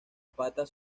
patas